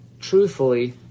truthfully